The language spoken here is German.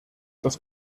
das